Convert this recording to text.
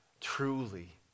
truly